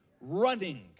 running